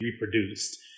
reproduced